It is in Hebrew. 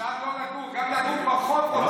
המציע לא נוכח וזו הצעה דחופה.